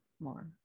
more